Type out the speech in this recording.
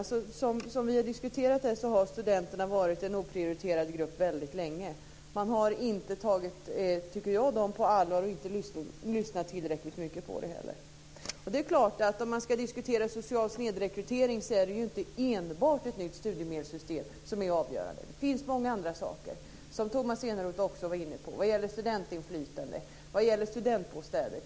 Studenterna har väldigt länge varit en oprioriterad grupp, som vi har diskuterat här. Man har inte tagit dem på allvar och inte lyssnat tillräckligt mycket på dem. Om man ska diskutera social snedrekrytering är det inte enbart ett nytt studiemedelssystem som är avgörande. Det finns många andra saker, som Tomas Eneroth också var inne på. Det gäller t.ex. studentinflytande och studentbostäder.